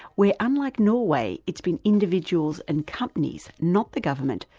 where unlike norway, it's been individuals and companies, not the government,